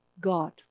God